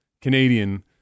Canadian